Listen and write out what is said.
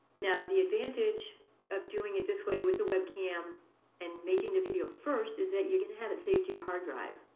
now the advantage of doing it this way with a webcam and making the video first is that you're going to have it saved to your hard drive.